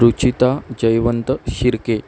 Ruchita Jaywant Shirke